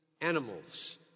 animals